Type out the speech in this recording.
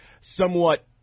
somewhat